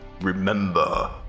Remember